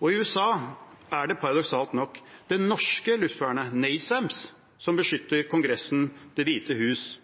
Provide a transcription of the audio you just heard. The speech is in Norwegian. Og i USA er det paradoksalt nok det norske luftvernet NASAMS som beskytter Kongressen, Det hvite hus